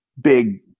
big